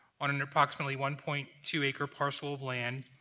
on an approximately one point two acre parcel of land,